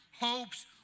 hopes